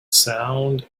sound